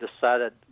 decided